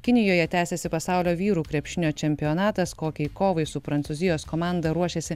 kinijoje tęsiasi pasaulio vyrų krepšinio čempionatas kokiai kovai su prancūzijos komanda ruošiasi